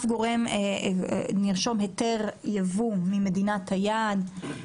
נרשום היתר יבוא ממדינת היעד.